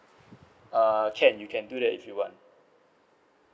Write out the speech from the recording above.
uh can you can do that if you want